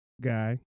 Guy